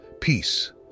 peace